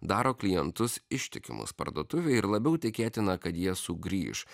daro klientus ištikimus parduotuvei ir labiau tikėtina kad jie sugrįš